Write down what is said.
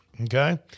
okay